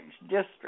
district